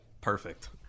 perfect